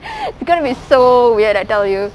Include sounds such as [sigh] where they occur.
[laughs] it's gonna be so weird I tell you